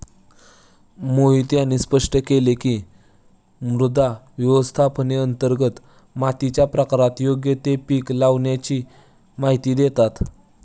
मोहित यांनी स्पष्ट केले की, मृदा व्यवस्थापनांतर्गत मातीच्या प्रकारात योग्य ते पीक लावाण्याची माहिती देतात